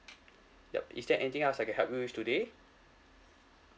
yup is there anything else I can help you with today